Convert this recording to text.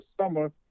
summer